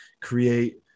create